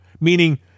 meaning